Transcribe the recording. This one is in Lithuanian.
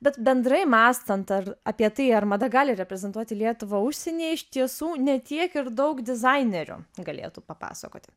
bet bendrai mąstant ar apie tai ar mada gali reprezentuoti lietuvą užsieny iš tiesų ne tiek ir daug dizainerių galėtų papasakoti